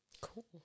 Cool